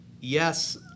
yes